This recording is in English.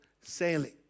sailing